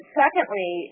secondly